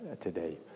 today